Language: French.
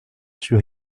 sur